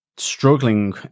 struggling